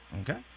okay